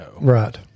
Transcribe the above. Right